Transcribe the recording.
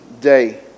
day